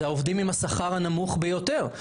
זה העובדים עם השכר הנמוך ביותר.